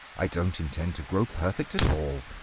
i don't intend to grow perfect at all.